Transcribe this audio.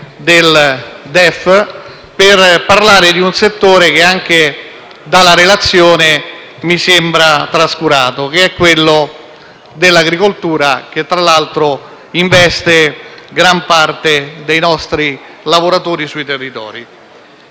sul DEF per parlare di un settore che, anche dalla relazione, mi sembra trascurato: mi riferisco all'agricoltura, che tra l'altro investe gran parte dei nostri lavoratori sui territori.